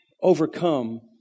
overcome